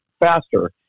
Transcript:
faster